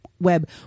web